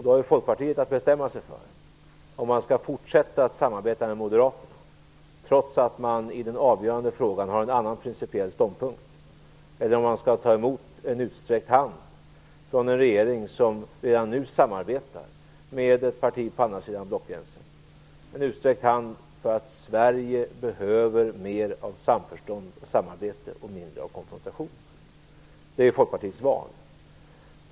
Då har Folkpartiet att bestämma sig för om man skall fortsätta att samarbeta med Moderaterna, trots att man i den avgörande frågan har en annan principiell ståndpunkt, eller om man skall ta emot en utsträckt hand från en regering som redan nu samarbetar med ett parti på andra sidan blockgränsen - en utsträckt hand för att Sverige behöver mer av samförstånd och samarbete och mindre av konfrontation. Detta är Folkpartiets val.